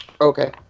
Okay